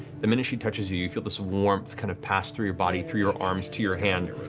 the minute she touches you, you feel this warmth kind of pass through your body, through your arms, to your hand.